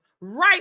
right